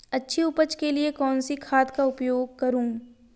अच्छी उपज के लिए कौनसी खाद का उपयोग करूं?